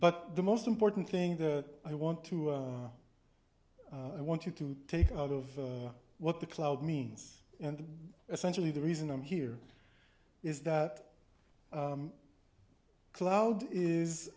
but the most important thing that i want to i want you to take out of what the cloud means and essentially the reason i'm here is that cloud is